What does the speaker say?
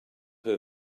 her